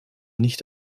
nicht